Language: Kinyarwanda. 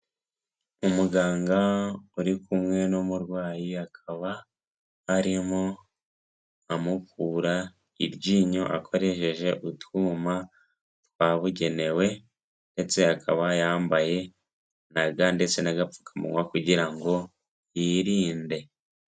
Umuganga uri kumwe n'umurwayi akaba arimo amukura iryinyo akoresheje utwuma twabugenewe ndetse akaba yambaye na ga ndetse n'agapfukamunwa kugira ngo yirinde.